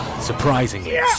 surprisingly